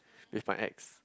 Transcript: with my ex